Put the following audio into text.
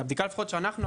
מהבדיקה שאנחנו ערכנו,